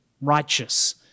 righteous